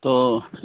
تو